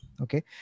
okay